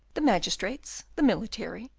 the magistrates, the military,